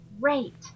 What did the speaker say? great